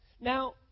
Now